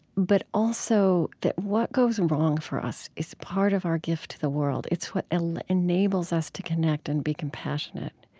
but also that what goes and wrong for us is part of our gift to the world. it's what ah enables us to connect and be compassionate.